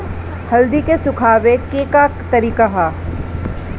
हल्दी के सुखावे के का तरीका ह?